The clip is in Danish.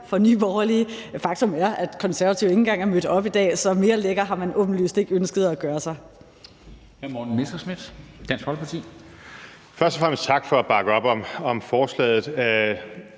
for Nye Borgerlige. Faktum er, at De Konservative ikke engang er mødt op i dag; så mere lækker har man åbenlyst ikke ønsket at gøre sig.